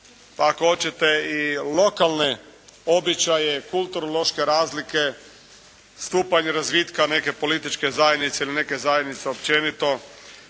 ako hoćete i lokalne običaje, kulturološke razlike, stupanje razvitka neke političke zajednice ili neke zajednice općenito,